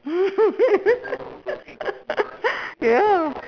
ya